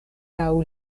laŭ